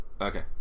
okay